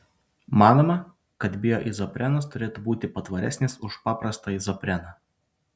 manoma kad bioizoprenas turėtų būti patvaresnis už paprastą izopreną